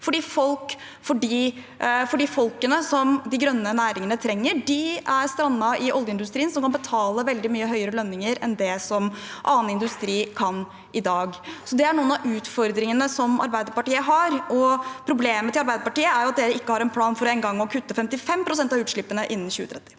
for de folkene som de grønne næringene trenger, er strandet i oljeindustrien, som kan betale veldig mye høyere lønninger enn det annen industri kan i dag. Det er noen av utfordringene Arbeiderpartiet har, og problemet til Arbeiderpartiet er at de ikke engang har en plan for å kutte 55 pst. av utslippene innen 2030.